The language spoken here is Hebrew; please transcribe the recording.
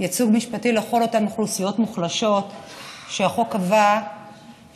ייצוג משפטי לכל אותן אוכלוסיות מוחלשות שהחוק קבע שאם